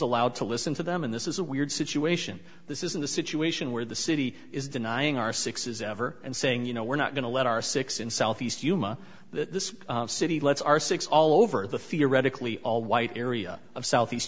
allowed to listen to them and this is a weird situation this isn't a situation where the city is denying our six's ever and saying you know we're not going to let our six in southeast yuma this city let's our six all over the theoretical all white area of southeast